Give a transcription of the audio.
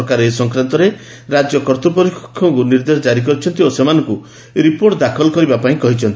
ସରକାର ଏ ସଂକ୍ରାନ୍ତରେ ରାଜ୍ୟ କର୍ତ୍ତୃପକ୍ଷମାନଙ୍କୁ ନିର୍ଦ୍ଦେଶ ଜାରି କରିଛନ୍ତି ଓ ସେମାନଙ୍କୁ ରିପୋର୍ଟ ଦାଖଲ କରିବା ପାଇଁ କହିଛନ୍ତି